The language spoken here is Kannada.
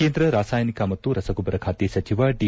ಕೇಂದ್ರ ರಾಸಾಯನಿಕ ಮತ್ತು ರಸಗೊಬ್ಬರ ಖಾತೆ ಸಚಿವ ದಿ